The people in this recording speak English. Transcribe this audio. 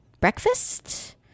Breakfast